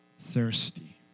thirsty